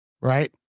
right